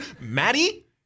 Maddie